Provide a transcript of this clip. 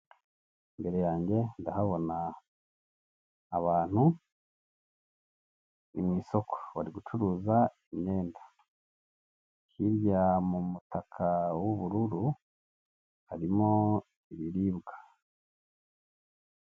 Imbere yanjye ndahabona abantu ni mu isoko bari gucuruza imyenda, hirya mu mutaka w'ubururu harimo ibiribwa.